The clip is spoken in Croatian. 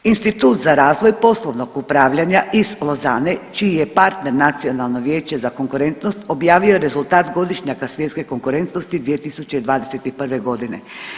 Institut za razvoj poslovnog upravljanja iz Lozane čiji je partner Nacionalno vijeće za konkurentnost objavio je rezultat Godišnjaka svjetske konkurentnosti 2021. godine.